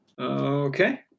Okay